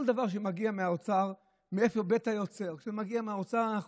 כל דבר שמגיע מבית היוצר של האוצר,